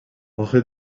آخه